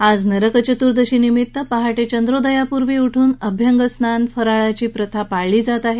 आज नरकचतुर्दशी निमित्त पहाटे चंद्रोदयापूर्वी उठून अभ्यंगस्नान फराळाची प्रथा आहे